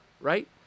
right